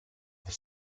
the